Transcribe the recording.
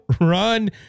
Run